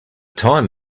time